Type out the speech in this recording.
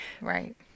right